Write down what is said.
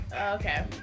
okay